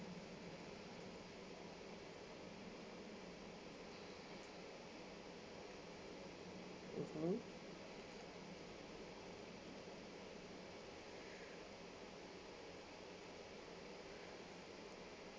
mmhmm